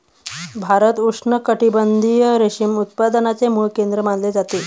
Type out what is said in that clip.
भारत उष्णकटिबंधीय रेशीम उत्पादनाचे मूळ केंद्र मानले जाते